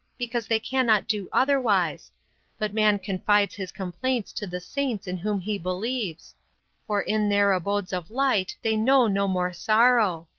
because they cannot do otherwise but man confides his complaints to the saints in whom he believes for in their abodes of light they know no more sorrow.